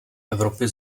evropě